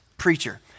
preacher